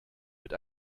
mit